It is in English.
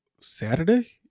Saturday